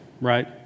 right